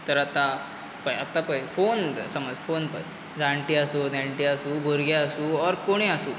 तर आतां पय आतां पय फोन समज फोन पय जाण्टी आसूं नेण्टी आसूं भुरगीं आसूं ऑर कोणूय आसूं